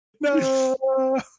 no